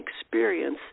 experience